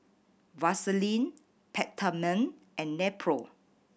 Vaselin Peptamen and Nepro